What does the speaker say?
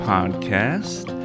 Podcast